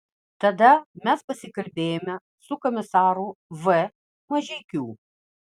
tada mes pasikalbėjome su komisaru v mažeikiu